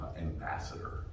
Ambassador